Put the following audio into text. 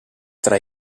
tra